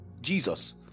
jesus